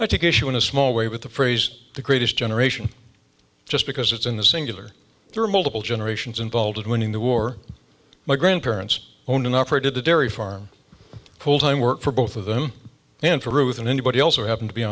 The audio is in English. issue in a small way with the phrase the greatest generation just because it's in the singular there are multiple generations involved winning the war my grandparents owned and operated a dairy farm full time work for both of them and for ruth and anybody else who happen to be